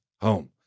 home